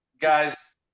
guys